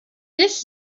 this